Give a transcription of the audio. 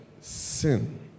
sin